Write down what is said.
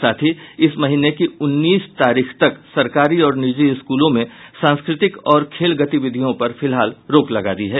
साथ ही इस महीने की उन्नीस तारीख तक सरकारी और निजी स्कूलों में सांस्कृतिक और खेल गतिविधियों पर फिलहाल रोक लगा दी है